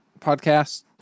podcast